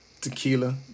Tequila